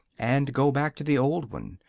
and go back to the old one,